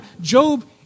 Job